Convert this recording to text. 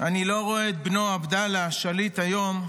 אני לא רואה את בנו עבדאללה, השליט היום,